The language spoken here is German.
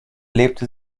lebte